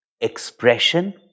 expression